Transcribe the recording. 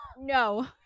No